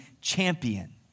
champion